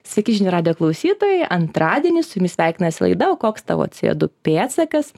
sveiki žinių radijo klausytojai antradienį su jumis sveikinasi laida o koks tavo c o du pėdsakas